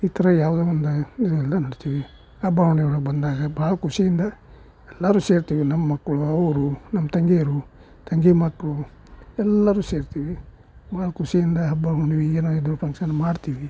ಈ ಥರ ಯಾವುದೋ ಒಂದು ಹಬ್ಬ ಹುಣ್ಣಿಮೆಗಳು ಬಂದಾಗ ಭಾಳ ಖುಷಿಯಿಂದ ಎಲ್ಲರೂ ಸೇರ್ತಿವಿ ನಮ್ಮ ಮಕ್ಕಳು ಅವರು ನಮ್ಮ ತಂಗಿಯರು ತಂಗಿ ಮಕ್ಕಳು ಎಲ್ಲರೂ ಸೇರ್ತಿವಿ ಭಾಳ ಖುಷಿಯಿಂದ ಹಬ್ಬ ಹುಣ್ಣಿಮೆ ಏನೇ ಇದ್ರೂ ಫಂಕ್ಷನ್ ಮಾಡ್ತೀವಿ